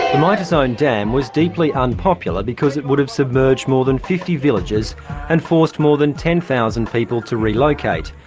the myitsone dam was deeply unpopular because it would have submerged more than fifty villages and forced more than ten thousand people to relocate.